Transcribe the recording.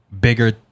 bigger